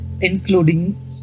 including